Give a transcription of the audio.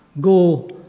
Go